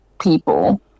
people